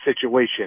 situation